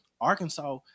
Arkansas